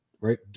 right